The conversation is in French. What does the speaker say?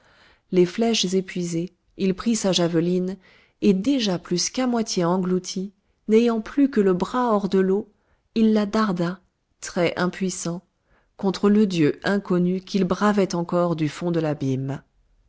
les flèches épuisées il prit sa javeline et déjà plus qu'à moitié englouti n'ayant plus que le bras hors de l'eau il la darda trait impuissant contre le dieu inconnu qu'il bravait encore du fond de l'abîme